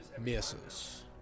misses